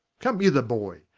come hither boy,